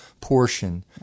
portion